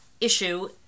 issue